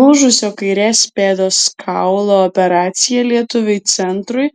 lūžusio kairės pėdos kaulo operacija lietuviui centrui